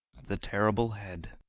the terrible head